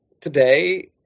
today